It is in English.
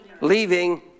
leaving